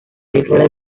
literary